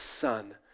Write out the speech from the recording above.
Son